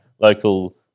local